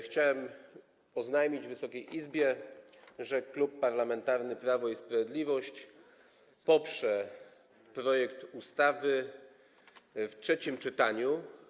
Chciałem oznajmić Wysokiej Izbie, że Klub Parlamentarny Prawo i Sprawiedliwość poprze projekt ustawy w trzecim czytaniu.